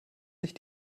sich